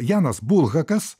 janas bulhakas